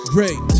Great